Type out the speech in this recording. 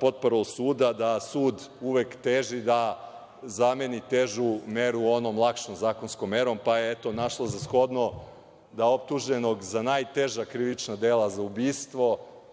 portparol suda, da sud uvek teži da zameni težu meru onom lakšom zakonskom merom, pa je eto našla za shodno da optuženog za najteža krivična dela, za ubistvo,